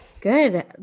Good